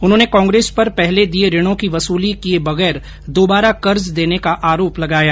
उन्होंने कांग्रेस पर पहले दिये ऋणों की वसूली किये बगैर दोबारा कर्ज देने का आरोप लगाया